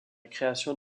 création